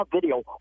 video